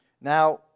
Now